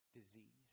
Disease